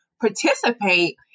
participate